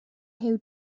huw